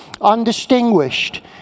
undistinguished